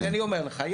אז אני אומר לך,